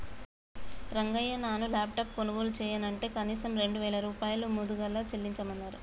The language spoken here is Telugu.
రంగయ్య నాను లాప్టాప్ కొనుగోలు చెయ్యనంటే కనీసం రెండు వేల రూపాయలు ముదుగలు చెల్లించమన్నరు